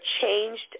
changed